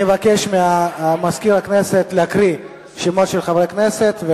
אני מבקש ממזכיר הכנסת להקריא את שמות חברי כנסת.